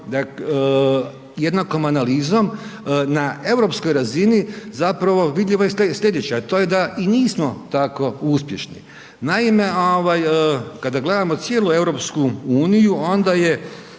jednako analizom na europskoj razini zapravo vidljivo je slijedeće a to je da i nismo tako uspješni. Naime kada gledamo cijelu EU, onda je